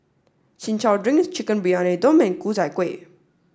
Chin Chow Drink Chicken Briyani Dum and Ku Chai Kueh